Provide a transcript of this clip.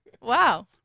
Wow